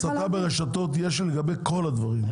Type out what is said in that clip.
הסתה ברשתות יש לגבי כל הדברים,